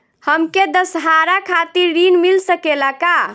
हमके दशहारा खातिर ऋण मिल सकेला का?